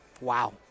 Wow